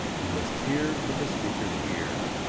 you must hear with the speaker's ear,